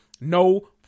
No